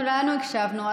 כולנו הקשבנו,